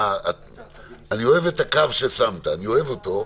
בא ואומר, אני אוהב את הקו ששמת, אני אוהב אותו,